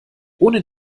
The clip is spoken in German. ohne